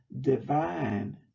divine